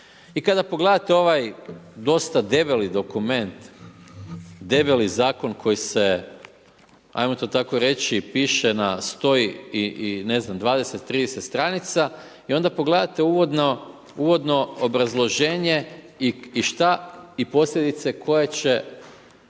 I kada pogledate, ovaj dosta debeli dokument, debeli zakon koji se ajmo to tako reći, piše na 100 i ne znam 20 30 str. i onda pogledate uvodno obrazloženja i šta i posljedice koje će